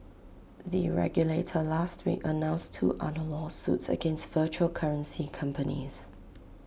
the regulator last week announced two other lawsuits against virtual currency companies